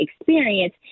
experience